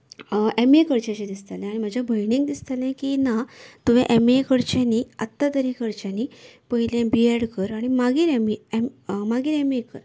M A करचेंशें दिसतालें म्हजे भयणीक दिसताले की ना तुवेन एम ए करचें न्ही आत्तां तरी करची न्ही पयलें बी एड कर आनी मागीर एम ए कर